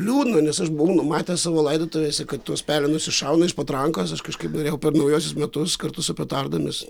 liūdna nes aš buvau numatęs savo laidotuvėse kad tuos pelenus iššauna iš patrankos aš kažkaip norėjau per naujuosius metus kartu su petardomis